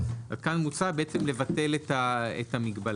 פה מוצע לקבל את המגבלה.